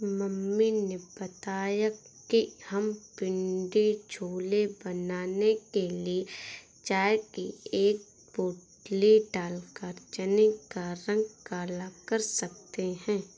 mummy ने बताया कि हम पिण्डी छोले बनाने के लिए चाय की एक पोटली डालकर चने का रंग काला कर सकते हैं